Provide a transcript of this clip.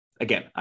again